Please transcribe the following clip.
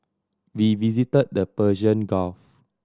we visited the Persian Gulf